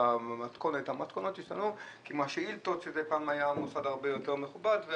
אולי בגלל השאילתות שפעם זה היה מוסד יותר מכובד.